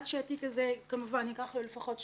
עד שהתיק הזה כמובן ייקח לו לפחות שלוש,